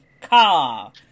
car